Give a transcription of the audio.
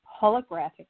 holographic